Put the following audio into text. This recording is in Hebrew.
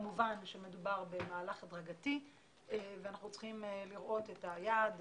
כמובן שמדובר במהלך הדרגתי ואנחנו צריכים לראות את היעד,